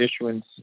issuance